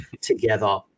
together